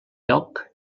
lloc